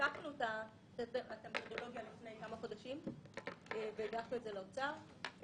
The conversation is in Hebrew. תיקפנו את המתודולוגיה לפני כמה חודשים והגשנו את זה לאוצר.